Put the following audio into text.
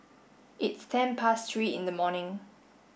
its ten past three in the morning